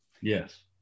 yes